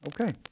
Okay